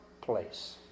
place